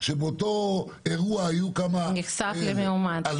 שבאותו אירוע היו כמה מאומתים,